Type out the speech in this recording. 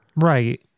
Right